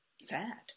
sad